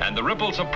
and the ripples of